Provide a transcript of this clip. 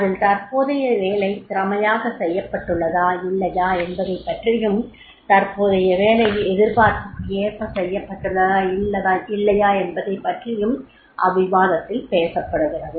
அதில் தற்போதைய வேலை திறமையாக செய்யப்பட்டுள்ளதா இல்லையா என்பதைப் பற்றியும் தற்போதைய வேலை எதிர்பார்ப்புக்கு ஏற்ப செய்யப்பட்டுள்ளதா இல்லையா என்பதைப் பற்றியும் அவ்விவாதத்தில் பேசப்படுகிறது